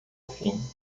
fim